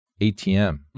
ATM